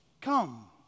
Come